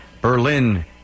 Berlin